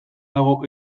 dago